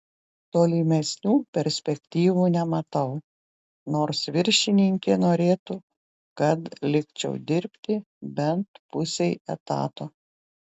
tolimesnių perspektyvų nematau nors viršininkė norėtų kad likčiau dirbti bent pusei etato